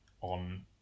on